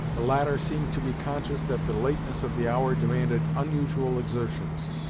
the latter seemed to be conscious that the lateness of the hour demanded unusual exertions,